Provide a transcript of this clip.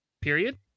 period